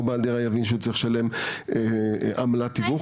בעל דירה יבין שהוא צריך לשלם עמלת תיווך?